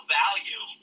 value